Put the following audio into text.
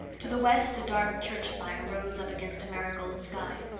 to the west a dark church spire rose up against a marigold sky.